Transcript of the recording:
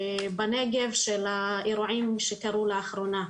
בנגב של האירועים שקרו לאחרונה.